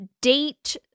date